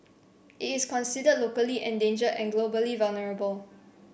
it is considered locally endangered and globally vulnerable